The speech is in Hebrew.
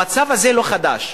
המצב הזה לא חדש.